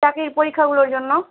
চাকরির পরীক্ষাগুলোর জন্য